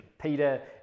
Peter